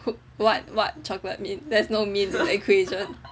chocolate what what what chocolate mint there is no mint is an equation